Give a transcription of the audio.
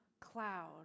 cloud